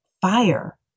fire